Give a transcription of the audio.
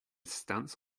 stance